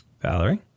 Valerie